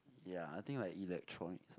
ya I think like electronics